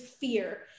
fear